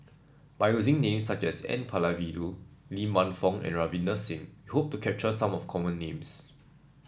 by using names such as N Palanivelu Lee Man Fong and Ravinder Singh we hope to capture some of the common names